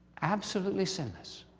absolutely sinless,